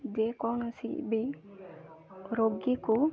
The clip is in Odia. ଯେକୌଣସି ବି ରୋଗୀକୁ